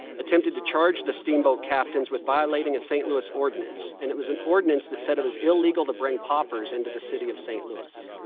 attempted to charge the steamboat captains with violating a st. louis ordinance, and it was an ordinance that said it was illegal to bring paupers into the city of st. louis.